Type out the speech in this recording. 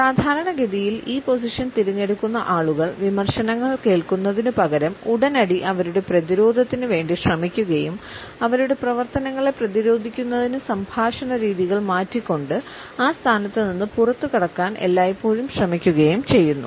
സാധാരണഗതിയിൽ ഈ പൊസിഷൻ തിരഞ്ഞെടുക്കുന്ന ആളുകൾ വിമർശനങ്ങൾ കേൾക്കുന്നതിനുപകരം ഉടനടി അവരുടെ പ്രതിരോധത്തിനു വേണ്ടി ശ്രമിക്കുകയും അവരുടെ പ്രവർത്തനങ്ങളെ പ്രതിരോധിക്കുന്നതിനു സംഭാഷണ രീതികൾ മാറ്റിക്കൊണ്ട് ആ സ്ഥാനത്ത് നിന്ന് പുറത്തുകടക്കാൻ എല്ലായ്പ്പോഴും ശ്രമിക്കുകയും ചെയ്യുന്നു